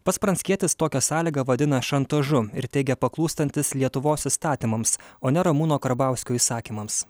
pats pranckietis tokią sąlygą vadina šantažu ir teigia paklūstantis lietuvos įstatymams o ne ramūno karbauskio įsakymams